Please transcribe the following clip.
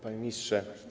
Panie Ministrze!